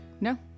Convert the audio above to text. no